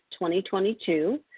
2022